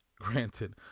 Granted